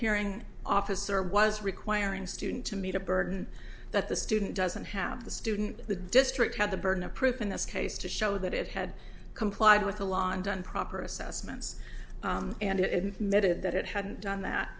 hearing officer was requiring student to meet a burden that the student doesn't have the student the district had the burden of proof in this case to show that it had complied with the law and done proper assessments and it met it that it hadn't done that